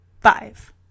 five